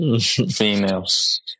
females